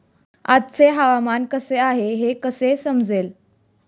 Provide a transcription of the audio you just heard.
आजचे हवामान कसे आहे हे कसे समजेल?